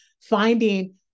finding